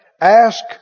Ask